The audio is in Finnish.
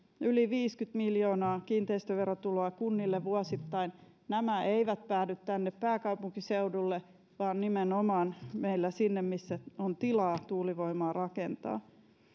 yli viisikymmentä miljoonaa kiinteistöverotuloa kunnille vuosittain nämä eivät päädy tänne pääkaupunkiseudulle vaan nimenomaan sinne missä meillä on tilaa tuulivoimaa rakentaa